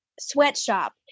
sweatshop